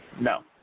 No